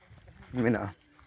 ᱢᱮᱱᱟᱜᱼᱟ